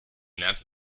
lernte